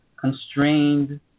constrained